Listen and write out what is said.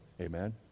Amen